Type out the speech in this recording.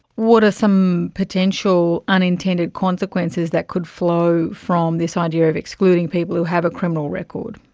what are some potential unintended consequences that could flow from this idea of excluding people who have a criminal record?